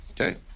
Okay